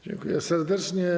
Dziękuję serdecznie.